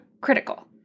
critical